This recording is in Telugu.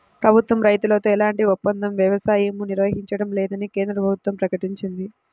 ప్రభుత్వం రైతులతో ఎలాంటి ఒప్పంద వ్యవసాయమూ నిర్వహించడం లేదని కేంద్ర ప్రభుత్వం ప్రకటించింది